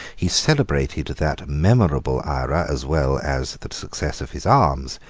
he celebrated that memorable aera, as well as the success of his arms,